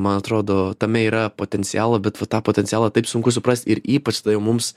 man atrodo tame yra potencialo bet va tą potencialą taip sunku suprast ir ypač tai mums